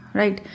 right